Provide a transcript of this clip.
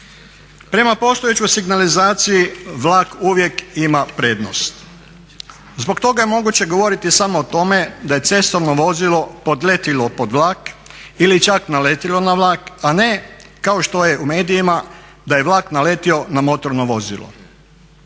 Prema postojećoj signalizaciji vlak uvijek ima prednost. Zbog toga je moguće govoriti samo o tome da je cestovno vozilo podletjelo pod vlak ili čak naletjelo na vlak, a ne kao što je u medijima da je vlak naletio na motorno vozilo.